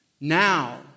Now